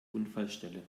unfallstelle